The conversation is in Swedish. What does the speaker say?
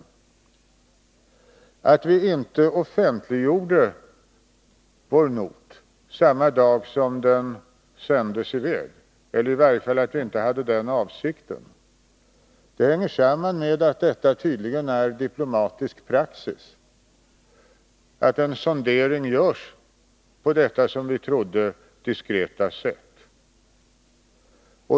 Det förhållandet att vi inte offentliggjorde vår not samma dag som den sändes i väg — eller i varje fall att vi inte hade den avsikten — hänger samman med att det tydligen är diplomatisk praxis att en sondering görs på detta, som vi trodde, diskreta sätt.